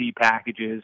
packages